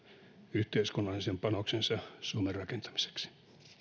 yhteiskunnallisen panoksensa suomen rakentamiseksi